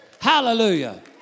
Hallelujah